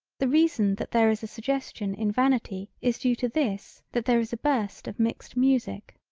the reason that there is a suggestion in vanity is due to this that there is a burst of mixed music.